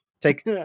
Take